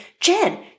Jen